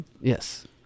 Yes